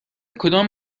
کدام